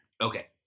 Okay